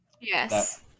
Yes